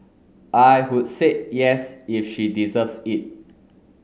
I would said yes if she deserves it